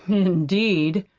indeed!